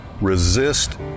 resist